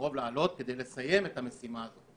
הקרוב להעלות כדי לסיים את המשימה הזאת,